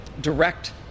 direct